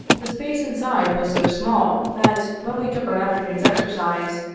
the space inside was so small, that, when we took our afternoon's exercise,